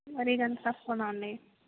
మరీ అంత తక్కువనా అండి